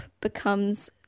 becomes